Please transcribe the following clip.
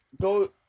go